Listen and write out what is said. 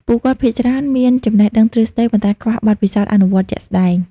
ពួកគាត់ភាគច្រើនមានចំណេះដឹងទ្រឹស្តី ប៉ុន្តែខ្វះបទពិសោធន៍អនុវត្តជាក់ស្តែង។